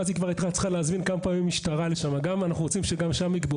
מאז כמה פעמים היו צריכים להזמין לשם משטרה.